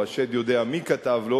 או השד יודע מי כתב לו,